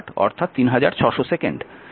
এই 400 দ্বারা গুণিত হয়